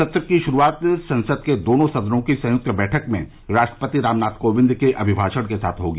सत्र की शुरूआत संसद के दोनों सदनों की संयुक्त बैठक में राष्ट्रपति रामनाथ कोविंद के अभिभाषण के साथ होगी